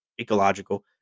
ecological